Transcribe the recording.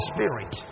Spirit